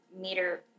meter